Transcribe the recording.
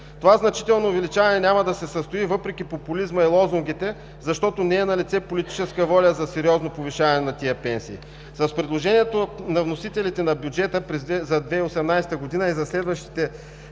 Това значително увеличаване няма да се състои, въпреки популизма и лозунгите, защото не е налице политическа воля за сериозно повишаване на тези пенсии. С предложението на вносителите на бюджета за 2018 г. и за следващите